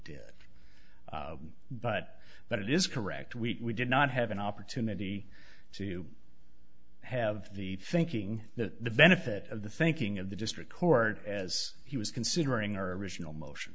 did but that is correct we did not have an opportunity to have the thinking that the benefit of the thinking of the district court as he was considering our original motion